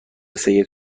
سید